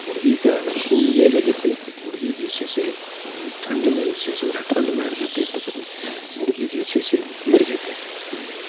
मुरगीके अगर सुइ नहि लगेतै तऽ मुरगी जे छै से ओ ठण्डमे जे छै से ओकरा ठण्ड मारि देतै तऽ फेर मुरगी जे छै से मरि जएतै नहि नहि